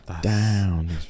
Down